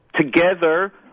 together